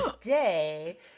Today